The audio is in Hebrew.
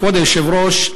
כבוד היושב-ראש,